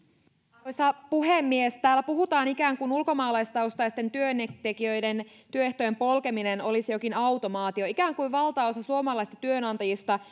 arvoisa puhemies täällä puhutaan ikään kuin ulkomaalaistaustaisten työntekijöiden työehtojen polkeminen olisi jokin automaatio ikään kuin valtaosa suomalaista työnantajista